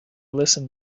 listen